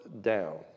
down